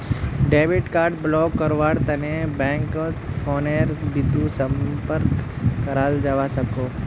debit card block करव्वार तने बैंकत फोनेर बितु संपर्क कराल जाबा सखछे